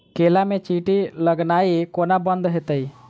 केला मे चींटी लगनाइ कोना बंद हेतइ?